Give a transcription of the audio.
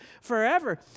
forever